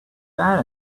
that